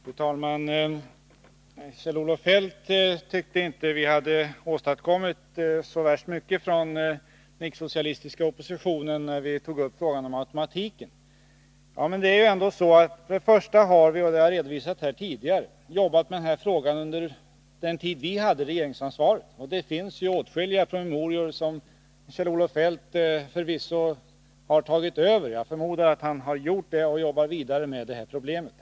Fru talman! Kjell-Olof Feldt tyckte inte att vi hade åstadkommit så värst mycket från den icke-socialistiska oppositionen när vi tog upp frågan om automatiken. Men det är ändå så att vi hade — och det har jag redovisat här tidigare — jobbat med frågan under den tid vi hade regeringsansvaret. Det finns åtskilliga promemorior som Kjell-Olof Feldt förvisso har tagit över. Jag förmodar att han har gjort det och jobbar vidare med det här problemet.